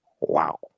Wow